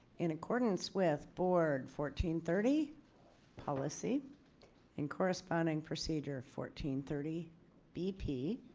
in accordance with board fourteen thirty policy and corresponding procedure fourteen thirty bp.